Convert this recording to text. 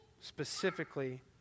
specifically